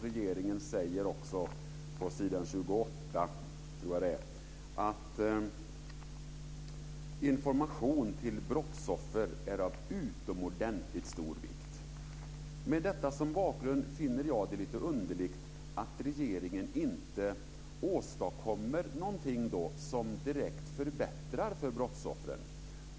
Regeringen säger också på s. 28, tror jag att det är, att information till brottsoffer är av utomordentligt stor vikt. Med detta som bakgrund finner jag det lite underligt att regeringen inte åstadkommer någonting som direkt förbättrar för brottsoffren.